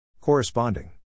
Corresponding